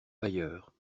ailleurs